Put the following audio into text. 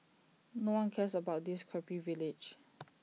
no one cares about this crappy village